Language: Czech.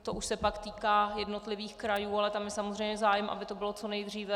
To už se pak týká jednotlivých krajů, ale tam je samozřejmě zájem, aby to bylo co nejdříve.